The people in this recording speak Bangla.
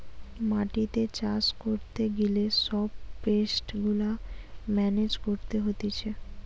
মাটিতে চাষ করতে গিলে সব পেস্ট গুলা মেনেজ করতে হতিছে